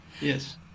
Yes